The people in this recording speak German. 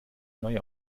neue